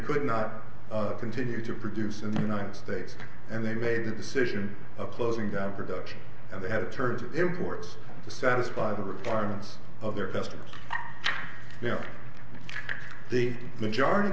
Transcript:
could not continue to produce in the united states and they made a decision of closing down production and they had to turn to imports to satisfy the requirements of their customers the majority